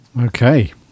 okay